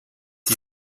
die